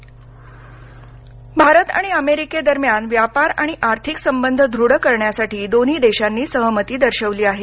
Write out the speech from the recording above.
Bharat America व्यापार भारत आणि अमेरिकेदरम्यान व्यापार आणि आर्थिक संबंध दृढ करण्यासाठी दोन्ही देशांनी सहमती दर्शवली आहे